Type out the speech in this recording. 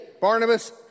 Barnabas